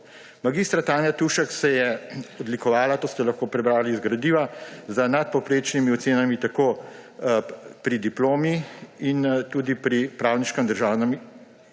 Mag. Tanja Tušek se je odlikovala, to ste lahko prebrali iz gradiva, z nadpovprečnimi ocenami tako pri diplomi in tudi pri pravniškem državnem izpitu.